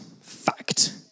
fact